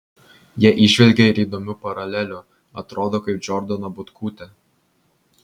jie įžvelgė ir įdomių paralelių atrodo kaip džordana butkutė